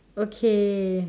okay